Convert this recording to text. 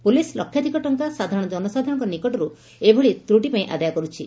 police ଲକ୍ଷାଧିକ ଟଙ୍କା ସାଧାରଶ ଜନସାଧାରଶଙ୍କ ନିକଟରୁ ଏଭଳି ତ୍ରଟି ପାଇଁ ଆଦାୟ କରୁଛି